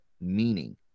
meaning